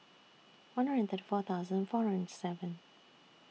one hundred and thirty four thousand four hundred and seven